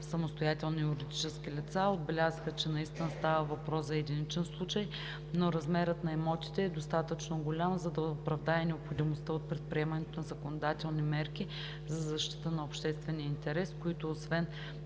самостоятелни юридически лица. Отбелязаха, че наистина става въпрос за единичен случай, но размерът на имотите е достатъчно голям, за да оправдае необходимостта от предприемането на законодателни мерки за защита на обществения интерес, които освен